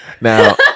Now